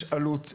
יש עלות לגז,